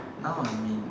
now I'm in